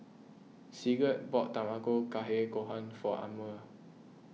Sigurd bought Tamago Kake Gohan for Amir